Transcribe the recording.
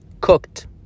cooked